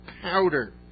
powder